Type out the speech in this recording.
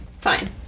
Fine